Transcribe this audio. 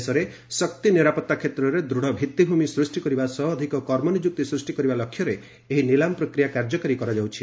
ଦେଶରେ ଶକ୍ତି ନିରାପଭା କ୍ଷେତ୍ରରେ ଦୂଢ଼ ଭିଭିଭ୍ରମି ସୃଷ୍ଟି କରିବା ସହ ଅଧିକ କର୍ମନିଯୁକ୍ତି ସୃଷ୍ଟି କରିବା ଲକ୍ଷ୍ୟରେ ଏହି ନିଲାମ ପ୍ରକ୍ରିୟା କାର୍ଯ୍ୟକାରୀ କରାଯାଉଛି